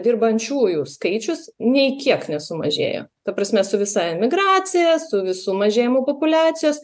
dirbančiųjų skaičius nei kiek nesumažėjo ta prasme su visa emigracija su visu mažėjimu populiacijos